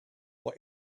for